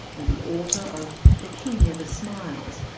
and the author of the king never smiles,